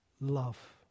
love